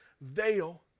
veil